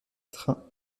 train